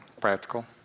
practical